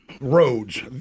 roads